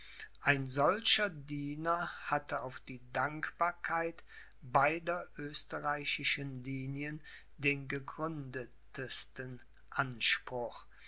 ein solcher diener hatte auf die dankbarkeit beider österreichischen linien den gegründetsten anspruch